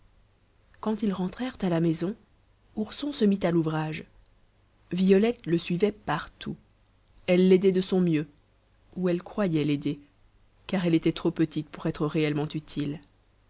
quand ils rentrèrent à la maison ourson se mit à l'ouvrage violette le suivait partout elle l'aidait de son mieux ou elle croyait l'aider car elle était trop petite pour être réellement utile